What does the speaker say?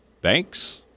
Banks